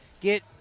get